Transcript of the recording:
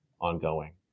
ongoing